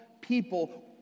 people